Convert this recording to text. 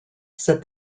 said